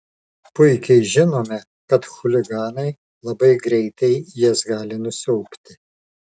puikiai žinome kad chuliganai labai greitai jas gali nusiaubti